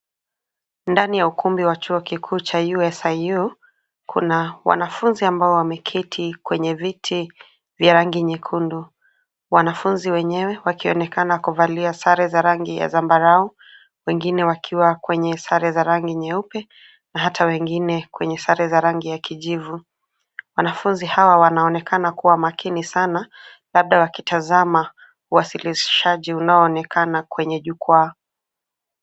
Ndani ya ukumbi wa Chuo Kikuu cha USIU, kuna wanafunzi ambao wameketi kwenye viti vya rangi nyekundu. Wanafunzi wenyewe wakionekana kuvalia sare za rangi ya zambarau, wengine wakiwa kwenye sare za rangi nyeupe na hata wengine kwenye sare za rangi ya kijivu. Wanafunzi hawa wanaonekana kuwa makini sana, labda wakitazama uwasilishaji unaoonekana kwenye jukwaa.